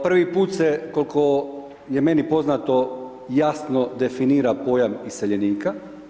Prvi put se koliko je meni poznato jasno definira pojam iseljenika.